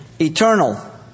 eternal